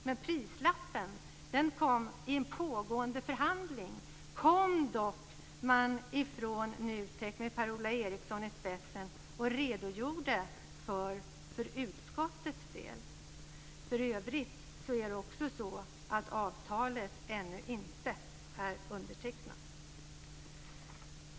Per-Ola Eriksson från NUTEK kom under pågående förhandling och redogjorde för prislappen för utskottet. För övrigt är avtalet ännu inte undertecknat.